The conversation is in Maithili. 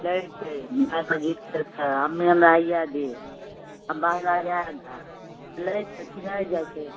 लै छै हमरा सए जिद्द करिके मम्मी हमरा इहए दे अब बहरा जाएब ने लै छै फिर आइ जाइ छै